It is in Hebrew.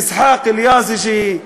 אסחאק אל-יאזג'י,